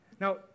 Now